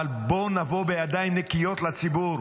אבל בוא נבוא בידיים נקיות לציבור.